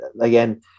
Again